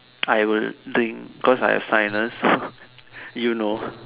I will drink cause I have sinus ah you know